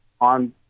on